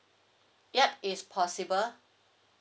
yup is possible